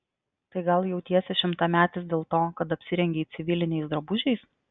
tai gal jautiesi šimtametis dėl to kad apsirengei civiliniais drabužiais